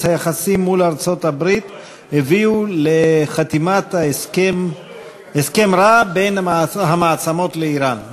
היחסים מול ארצות-הברית הביאו לחתימת הסכם רע בין המעצמות לאיראן,